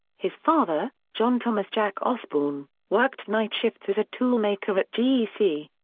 his father, john thomas jack osbourne, worked nightshifts as a toolmaker at gec.